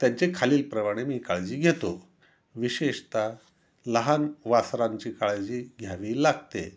त्यांचे खालीलप्रमाणे मी काळजी घेतो विशेषत लहान वासरांची काळजी घ्यावी लागते